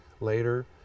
later